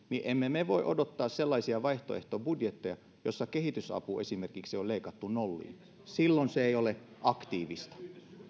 emme me voi odottaa sellaisia vaihtoehtobudjetteja joissa esimerkiksi kehitysapu on leikattu nolliin silloin se ei ole aktiivista